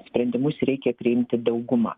sprendimus reikia priimti dauguma